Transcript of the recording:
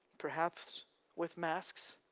perhaps with masks,